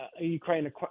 Ukraine